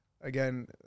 again